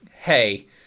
hey